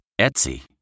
Etsy